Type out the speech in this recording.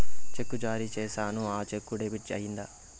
చెక్కు జారీ సేసాను, ఆ చెక్కు డెబిట్ అయిందా